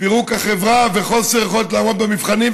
פירוק החברה וחוסר יכולת לעמוד במבחנים,